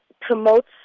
promotes